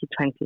2020